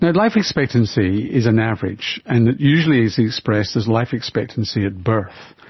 life expectancy is an average, and it usually is expressed as life expectancy at birth.